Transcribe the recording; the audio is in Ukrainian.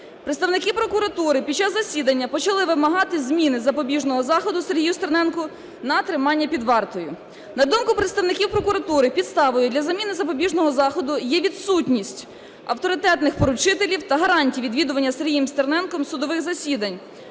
Представники прокуратури під час засідання почали вимагати зміни запобіжного заходу Сергію Стерненку на тримання під вартою. На думку представників прокуратури підставою для заміни запобіжного заходу є відсутність авторитетних поручителів та гарантій відвідування Сергієм Стерненком судових засідань.